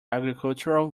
agricultural